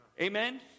amen